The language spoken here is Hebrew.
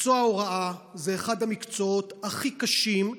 מקצוע ההוראה זה אחד המקצועות הכי קשים,